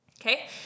Okay